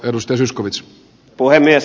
herra puhemies